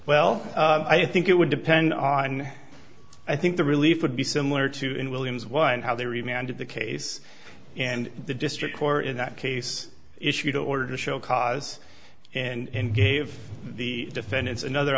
well i think it would depend on i think the relief would be similar to in williams why and how they reminded the case and the district court in that case issued an order to show cause and gave the defendants another